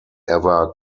ever